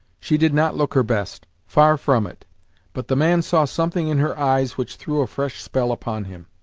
she did not look her best far from it but the man saw something in her eyes which threw a fresh spell upon him.